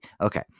okay